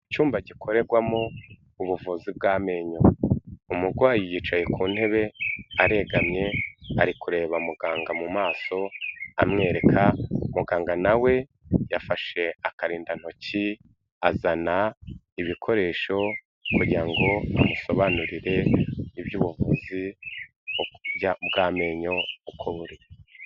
Icyumba gikorerwamo ubuvuzi bw'amenyo, umurwayi yicaye ku ntebe aregamiye ari kureba muganga mu maso amwereka, muganga na we yafashe akarindantoki azana ibikoresho kugira ngo amusobanurire iby'ubuvuzi bw'amenyo uko buri.